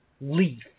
leaf